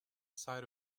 site